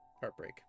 heartbreak